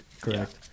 correct